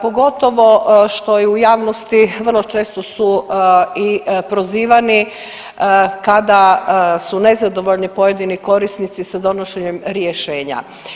Pogotovo što i u javnosti vrlo često su i prozivani kada su nezadovoljni pojedini korisnici sa donošenjem rješenja.